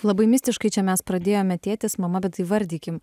labai mistiškai čia mes pradėjome tėtis mama bet įvardykim